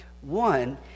One